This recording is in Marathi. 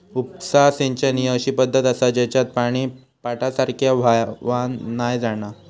उपसा सिंचन ही अशी पद्धत आसा जेच्यात पानी पाटासारख्या व्हावान नाय जाणा